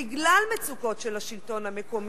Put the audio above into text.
בגלל מצוקות של השלטון המקומי,